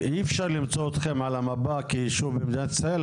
אי אפשר למצוא אתכם על המפה כיישוב במדינת ישראל.